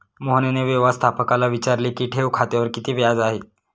मोहनने व्यवस्थापकाला विचारले की ठेव खात्यावर किती व्याज आहे?